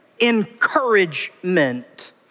encouragement